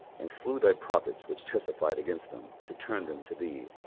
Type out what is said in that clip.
and slew thy prophets which testified against them to turn them to thee,